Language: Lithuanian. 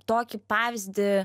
tokį pavyzdį